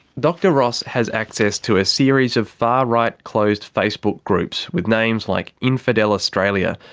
dr ross has access to a series of far-right closed facebook groups with names like infidel australia,